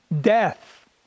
death